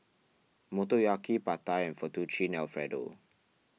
Motoyaki Pad Thai and Fettuccine Alfredo